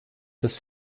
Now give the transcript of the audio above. des